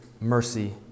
mercy